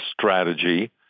strategy